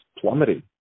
plummeting